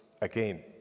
again